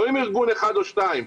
לא עם ארגון אחד או שניים.